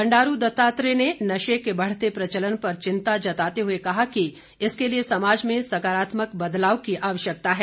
बंडारू दत्तात्रेय ने नशे के बढ़ते प्रचलन पर चिंता जताते हुए कहा कि इसके लिए समाज में सकारात्मक बदलाव की आवश्यकता है